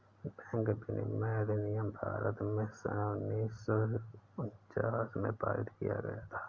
bank विनियमन अधिनियम भारत में सन उन्नीस सौ उनचास में पारित किया गया था